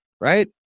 Right